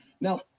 Now